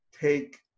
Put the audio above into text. take